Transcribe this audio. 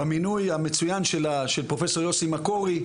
במינוי המצוין של פרופסור יוסי מקורי,